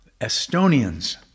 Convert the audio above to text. estonians